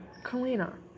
Kalina